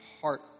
heart